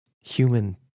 human